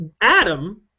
Adam